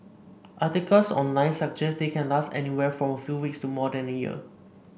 articles online suggest they can last anywhere from a few weeks to more than a year